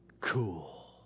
cool